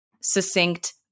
succinct